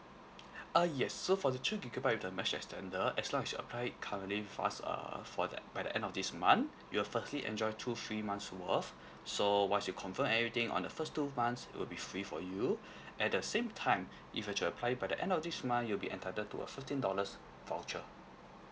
uh yes so for the two gigabyte with the mesh extender as long as you apply it currently with us err for that by the end of this month you will firstly enjoy two free months worth so once you confirm everything on the first two months it will be free for you at the same time if you were to apply by the end of this month you'll be entitled to a fifteen dollars voucher